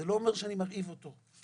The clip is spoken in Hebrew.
זה לא אומר שאני מרעיב אותו,